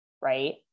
right